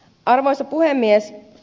arvoisa puhemies